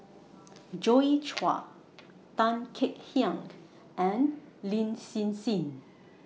Joi Chua Tan Kek Hiang and Lin Hsin Hsin